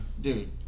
Dude